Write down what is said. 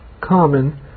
common